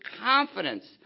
confidence